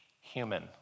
human